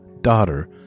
daughter